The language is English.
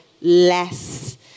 less